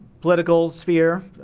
political sphere,